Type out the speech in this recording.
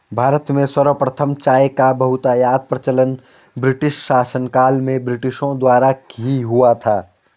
भारत में सर्वप्रथम चाय का बहुतायत प्रचलन ब्रिटिश शासनकाल में ब्रिटिशों द्वारा ही हुआ था